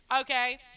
Okay